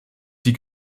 die